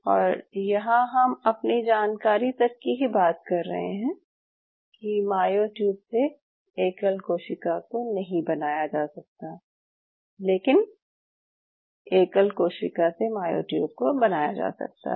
और यहां हम अपनी जानकारी तक की ही बात कर रहे हैं कि मायोट्यूब से एकल कोशिका को नहीं बनाया जा सकता लेकिन एकल कोशिका से मायोट्यूब को बनाया जा सकता है